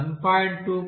21